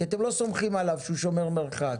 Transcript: כי אתם לא סומכים עליו שהוא שומר מרחק.